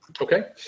Okay